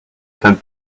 sent